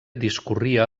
discorria